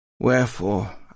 Wherefore